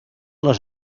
les